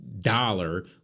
dollar